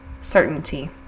certainty